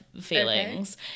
feelings